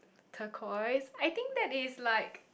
Turqoise I think that is like